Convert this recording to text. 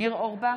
ניר אורבך,